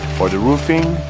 for the roofing,